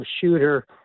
shooter